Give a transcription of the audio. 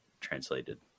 translated